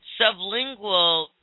Sublingual